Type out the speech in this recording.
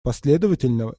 последовательного